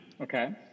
Okay